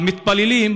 המתפללים,